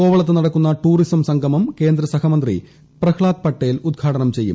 കോവളത്ത് നടക്കുന്ന ടൂറിസം സംഗമം കേന്ദ്ര സഹമന്ത്രി പ്രഹ്ളാദ് പട്ടേൽ ഉദ്ഘാടനം ചെയ്യും